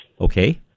Okay